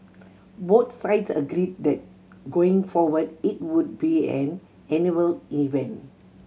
both sides agreed that going forward it would be an annual event